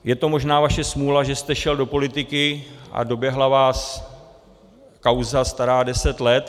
Je to možná vaše smůla, že jste šel do politiky a doběhla vás kauza stará deset let.